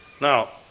Now